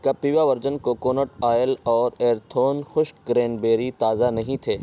کپیوا virgin coconut oil اور ایرتھون خشک کرین بیری تازہ نہیں تھے